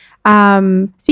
Speaking